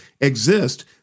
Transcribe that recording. exist